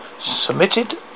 submitted